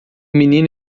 menino